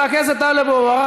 חבר הכנסת טלב אבו עראר,